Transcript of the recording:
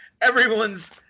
everyone's